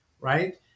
right